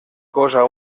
cosa